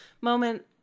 moment